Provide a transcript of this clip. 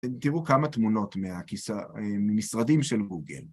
תראו כמה תמונות ממשרדים של גוגל.